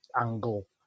angle